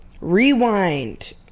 rewind